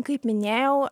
kaip minėjau